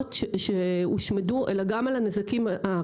התרנגולות שהושמדו, אלא גם על הנזקים העקיפים.